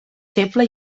feble